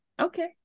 Okay